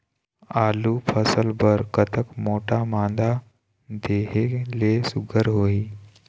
आलू फसल बर कतक मोटा मादा देहे ले सुघ्घर होही?